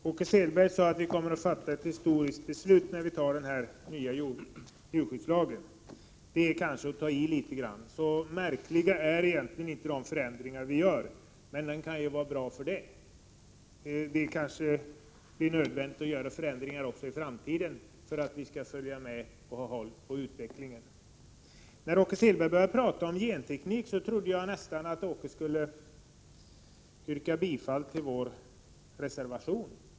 Herr talman! Åke Selberg sade att vi kommer att fatta ett historiskt beslut när vi godtar den här nya djurskyddslagen. Det är kanske att ta i litet. Så märkliga är egentligen inte de förändringar som lagen innebär, men den kan ju vara bra för det. Det kanske också blir nödvändigt att göra förändringar också i framtiden, för att följa med utvecklingen. När Åke Selberg började prata om genteknik trodde jag nästan att han skulle yrka bifall till vår reservation.